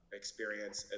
experience